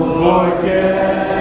forget